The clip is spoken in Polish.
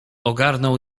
ogarnął